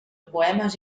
poemes